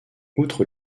outre